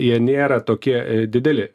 jie nėra tokie dideli